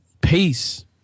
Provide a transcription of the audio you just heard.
Peace